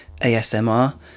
ASMR